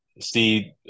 see